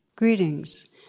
Greetings